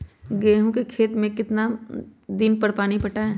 गेंहू के खेत मे कितना कितना दिन पर पानी पटाये?